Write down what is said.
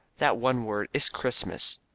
that one word is christmas.